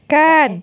kan